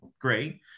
great